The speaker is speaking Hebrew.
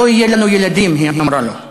"לא יהיו לנו ילדים", היא אמרה לו.